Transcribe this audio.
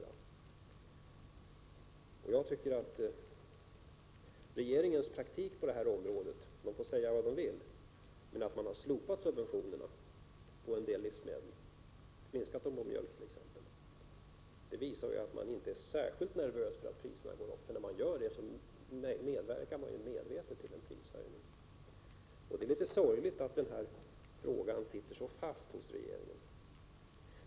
Man får säga vad man vill, men regeringens praktik på det här området — att man har slopat eller minskat subventionerna på en del livsmedel, t.ex. mjölk — visar att man inte är särskilt nervös för att priserna går upp. När man gjort det medverkar man medvetet till en prishöjning. Det är litet sorgligt att regeringen är så låst när det gäller den här saken.